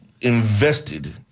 invested